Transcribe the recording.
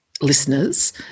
listeners